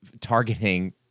targeting